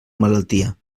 malaltia